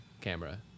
camera